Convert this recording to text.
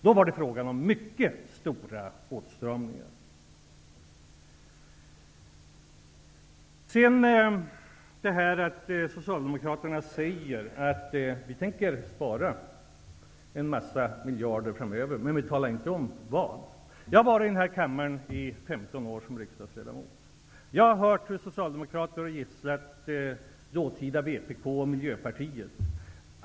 Då var det fråga om mycket stora åtstramningar. Socialdemokraterna säger: Vi tänker spara en massa miljarder framöver, men vi talar inte om var. Jag har som riksdagsledamot suttit med i denna kammare i 15 år och har hört Socialdemokraterna gissla dåtida vpk och Miljöpartiet.